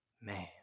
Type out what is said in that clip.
man